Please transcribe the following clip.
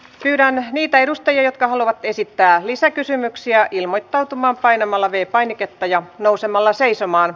pyydän niitä edustajia jotka haluavat esittää lisäkysymyksiä ilmoittautumaan painamalla v painiketta ja nousemalla seisomaan